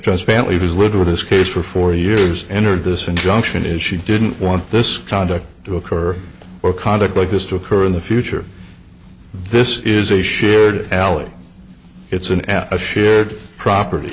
just family has lived with this case for four years entered this injunction is she didn't want this conduct to occur or conduct like this to occur in the future this is a shared alley it's an add a shared property